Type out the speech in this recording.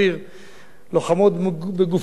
לוחמות בגופים אחרים הן נשים.